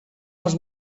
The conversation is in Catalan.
els